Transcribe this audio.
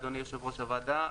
אדוני יושב-ראש הוועדה,